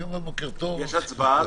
יש הצבעה?